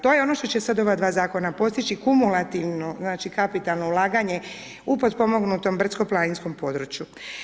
To je ono što će sad ova dva Zakona postići, kumulativno znači kapitalno ulaganje u potpomognutom brdsko planinskom području.